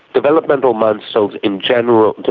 developmental milestones in general,